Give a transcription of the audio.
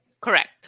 Correct